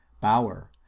Bauer